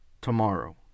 tomorrow